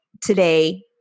today